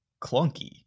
clunky